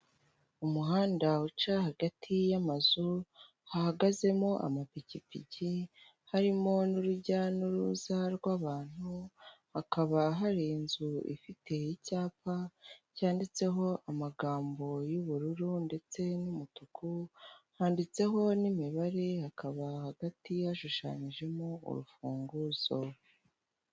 Umuhanda uca hagati y'amazu, hahagazemo amapikipiki, harimo n'urujya n'uruza rw'abantu, hakaba hari inzu ifite icyapa cyanditseho amagambo y'ubururu ndetse n'umutuku, handitseho n'imibare, hakaba hagati hashushanyijemo urufunguzo.